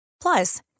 Plus